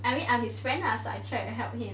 I mean I'm his friend lah so I tried to help him but